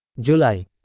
July